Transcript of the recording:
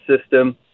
system